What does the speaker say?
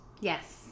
Yes